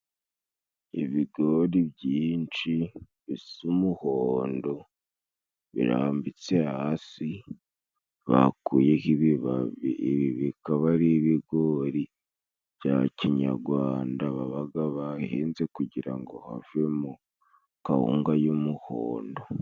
Ibigori byinshi bisa umuhondo birambitse hasi bakuyeho ibiba bikaba ari ibigori bya kinyagwanda babaga bahinze kugira ngo havemo kawunga y'umuhondo.